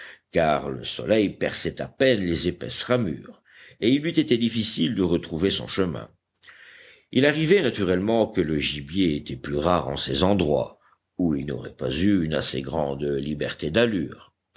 car le soleil perçait à peine les épaisses ramures et il eût été difficile de retrouver son chemin il arrivait naturellement que le gibier était plus rare en ces endroits où il n'aurait pas eu une assez grande liberté d'allures